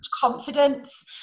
confidence